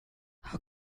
how